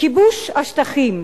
"כיבוש השטחים,